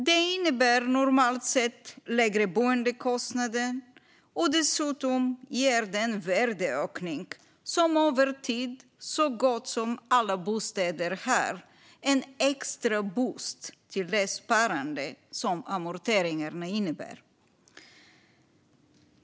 Det innebär normalt sett lägre boendekostnader, och dessutom ger den värdeökning som över tid sker för så gott som alla bostäder en extra boost till det sparande som amorteringarna innebär.